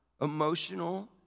emotional